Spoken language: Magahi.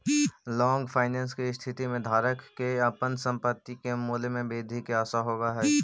लॉन्ग फाइनेंस के स्थिति में धारक के अपन संपत्ति के मूल्य में वृद्धि के आशा होवऽ हई